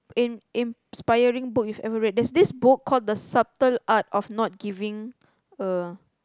in~ in~ inspiring book you've ever read there's this book called the-subtle-art-of-not-giving-a